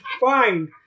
fine